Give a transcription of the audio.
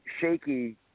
shaky –